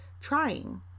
trying